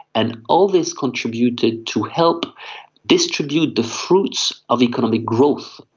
and all this contributed to help distribute the fruits of economic growth.